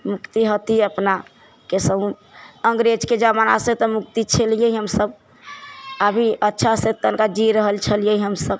मुक्ति हती अपना कैसहूँ अंग्रेजके जमानासँ तऽ मुक्ति छलिय हमसब अभी अच्छासँ तनिटा जी रहल छलियै हमसब